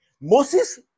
moses